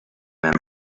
man